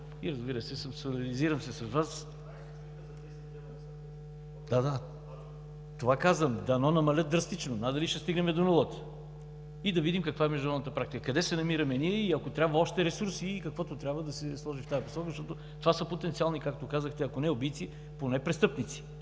постъпили. МИНИСТЪР ВАЛЕНТИН РАДЕВ: Това казвам, дано намалеят драстично, надали ще стигнем до нулата. И да видим каква е международната практика. Къде се намираме ние и ако трябва още ресурси и каквото трябва да се сложи в тази посока, защото това са потенциални, както казахте, ако не убийци, поне престъпници,